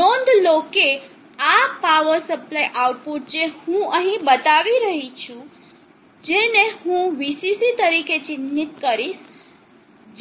નોંધ લો કે આ પાવર સપ્લાય આઉટપુટ જે હું અહીં બતાવી રહ્યો છું જેને હું Vcc તરીકે ચિહ્નિત કરીશ